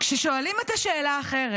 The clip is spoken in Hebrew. כששואלים את השאלה אחרת,